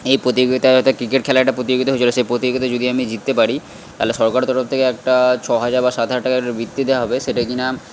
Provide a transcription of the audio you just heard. এই প্রতিযোগিতাটা ক্রিকেট খেলার একটা প্রতিযোগিতা হয়েছিল সেই প্রতিযোগিতায় যদি আমি জিততে পারি তাহলে সরকারের তরফ থেকে একটা ছ হাজার বা সাত হাজার টাকার বৃত্তি দেওয়া হবে সেটা কিনা